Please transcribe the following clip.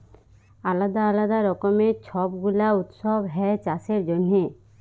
আলদা আলদা রকমের ছব গুলা উৎসব হ্যয় চাষের জনহে